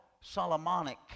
Solomonic